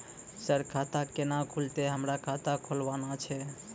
Sir खाता केना खुलतै, हमरा खाता खोलवाना छै?